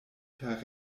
per